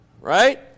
right